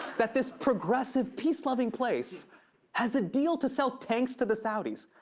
that this progressive peace-loving place has a deal to sell tanks to the saudis,